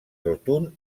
rotund